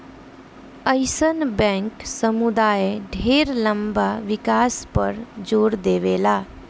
अइसन बैंक समुदाय ढेर लंबा विकास पर जोर देवेला